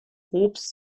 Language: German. obst